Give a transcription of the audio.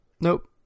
Nope